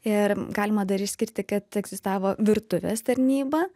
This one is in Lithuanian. ir galima dar išskirti kad egzistavo virtuvės tarnyba